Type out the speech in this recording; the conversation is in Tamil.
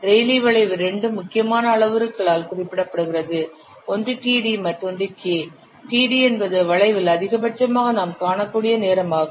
ரெய்லீ வளைவு இரண்டு முக்கியமான அளவுருக்களால் குறிப்பிடப்படுகிறது ஒன்று td மற்றொன்று K td என்பது வளைவில் அதிகபட்சமாக நாம் காணக்கூடிய நேரமாகும்